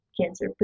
cancer